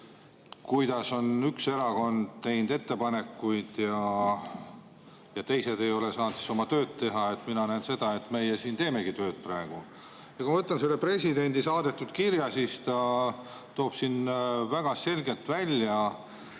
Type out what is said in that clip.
palju, et üks erakond on teinud ettepanekuid ja teised ei ole saanud oma tööd teha. Mina näen seda, et meie siin teemegi praegu tööd. Kui ma võtan selle presidendi saadetud kirja, siis [näen, et] ta toob siin väga selgelt välja,